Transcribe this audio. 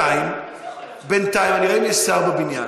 אני אראה אם יש שר בבניין.